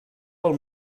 pel